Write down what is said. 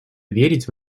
верить